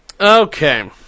okay